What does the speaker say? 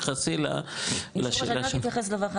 תתייחסי לשאלה של --- אני רק אתייחס דבר אחד.